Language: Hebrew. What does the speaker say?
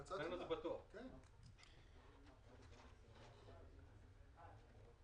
הגענו לא פעם לשימועים ברשות המיסים,